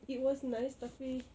it was nice tapi